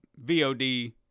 VOD